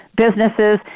businesses